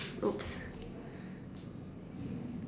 oops